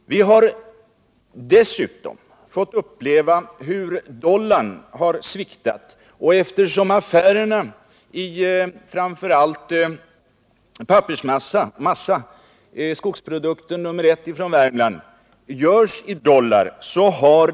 Vi har dessutom fått uppleva hur dollarn har sviktat, och affärerna i framför allt pappersmassa — skogsprodukten nummer ett från Värmland — görs i dollar.